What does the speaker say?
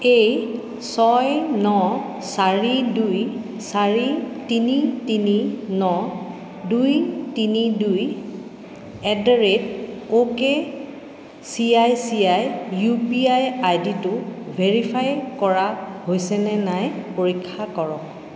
এই ছয় ন চাৰি দুই চাৰি তিনি তিনি ন দুই তিনি দুই at the rate O K C I C I U P I আইডিটো ভেৰিফাই কৰা হৈছেনে নাই পৰীক্ষা কৰক